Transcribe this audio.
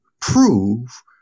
prove